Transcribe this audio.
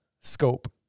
scope